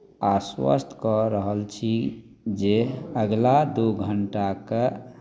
आश्वस्त कऽ रहल छी जे अगिला दू घंटाके